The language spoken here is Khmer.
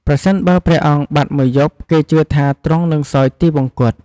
ប្រសិនបើព្រះអង្គបាត់មួយយប់ គេជឿថាទ្រង់នឹងសោយទិវង្គត។